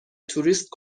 توریست